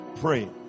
Pray